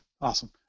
Awesome